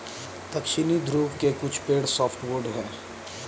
दक्षिणी ध्रुव के कुछ पेड़ सॉफ्टवुड हैं